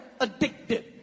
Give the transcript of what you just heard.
addictive